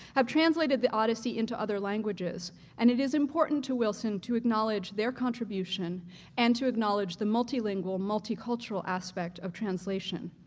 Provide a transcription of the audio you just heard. have translated the odyssey into other languages and it is important to wilson to acknowledge their contribution and to acknowledge the multilingual multicultural aspect of translation.